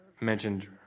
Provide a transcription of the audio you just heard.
mentioned